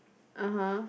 (uh huh)